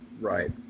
Right